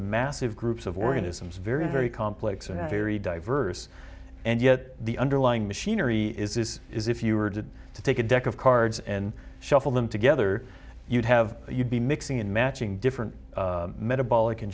massive groups of organisms very very complex and very diverse and yet the underlying machinery is this is if you were to take a deck of cards and shuffle them together you'd have you'd be mixing and matching different metabolic and